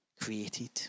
created